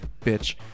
bitch